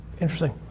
Interesting